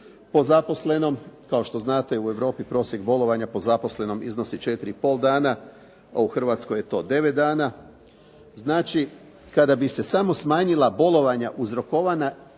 po zaposlenom. Kao što znate, u Europi prosjek bolovanja po zaposlenom iznosi 4 i pol dana, a u Hrvatskoj je to 9 dana. Znači, kada bi se samo smanjila bolovanja uzrokovana